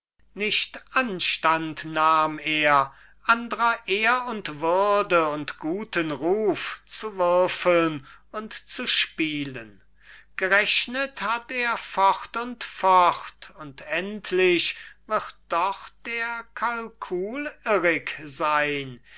nicht anstand nahm er andrer ehr und würde und guten ruf zu würfeln und zu spielen gerechnet hat er fort und fort und endlich wird doch der kalkul irrig sein